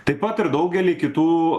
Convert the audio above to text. taip pat ir daugelį kitų